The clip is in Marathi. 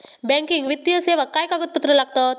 बँकिंग वित्तीय सेवाक काय कागदपत्र लागतत?